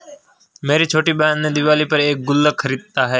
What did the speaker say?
मेरी छोटी बहन ने दिवाली पर एक गुल्लक खरीदा है